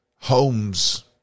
homes